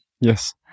Yes